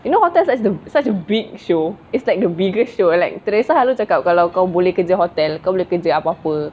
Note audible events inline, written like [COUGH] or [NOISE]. you know hotels has the such a big show it's like the biggest show like [NOISE] selalu cakap kalau kau boleh kerja hotel kau boleh kerja apa-apa